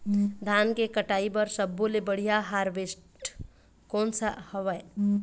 धान के कटाई बर सब्बो ले बढ़िया हारवेस्ट कोन सा हवए?